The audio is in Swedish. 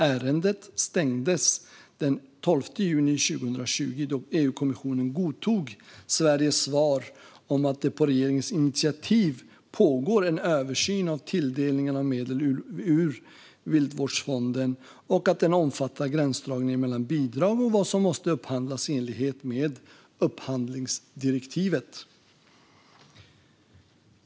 Ärendet stängdes den 12 juni 2020, då EU-kommissionen godtog Sveriges svar att det på regeringens initiativ pågår en översyn av tilldelningen av medel ur Viltvårdsfonden och att den omfattar gränsdragningen mellan bidrag och vad som måste upphandlas i enlighet med upphandlingsdirektivet.